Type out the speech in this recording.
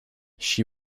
she